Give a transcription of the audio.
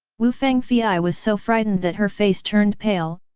wu fangfei was so frightened that her face turned pale,